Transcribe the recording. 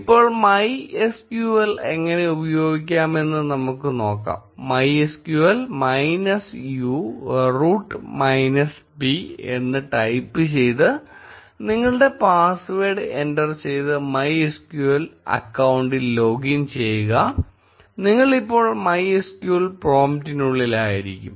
ഇപ്പോൾMySQL എങ്ങനെ ഉപയോഗിക്കാമെന്ന് നമുക്ക് നോക്കാം MySQL minus u root minus P എന്ന് ടൈപ്പ് ചെയ്ത് നിങ്ങളുടെ പാസ്സ്വേഡ് എന്റർ ചെയ്ത് MySQL അക്കൌണ്ടിൽ ലോഗിൻ ചെയ്യുക നിങ്ങൾ ഇപ്പോൾ MySQL പ്രോംപ്റ്റിനുള്ളിലായിരിക്കും